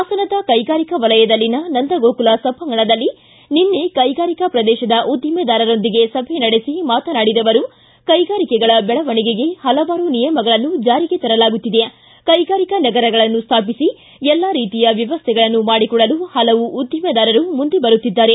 ಹಾಸನದ ಕೈಗಾರಿಕಾ ವಲಯದಲ್ಲಿನ ನಂದಗೊಕುಲ ಸಭಾಂಗಣದಲ್ಲಿ ನಿನ್ನೆ ಕೈಗಾರಿಕಾ ಪ್ರದೇಶದ ಉದ್ದಿಮೆದಾರರೊಂದಿಗೆ ಸಭೆ ನಡೆಸಿ ಮಾತನಾಡಿದ ಅವರು ಕೈಗಾರಿಕೆಗಳ ಬೆಳವಣಿಗೆಗೆ ಪಲವಾರು ನಿಯಮಗಳನ್ನು ಜಾರಿಗೆ ತರಲಾಗುತ್ತಿದೆ ಕೈಗಾರಿಕಾ ನಗರಗಳನ್ನು ಸ್ಥಾಪಿಸಿ ಎಲ್ಲಾ ರೀತಿಯ ವ್ಯವಸ್ಥೆಗಳನ್ನು ಮಾಡಿಕೊಡಲು ಪಲವು ಉದ್ದಿಮೆದಾರರು ಮುಂದೆ ಬರುತ್ತಿದ್ದಾರೆ